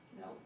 No